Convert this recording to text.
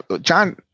John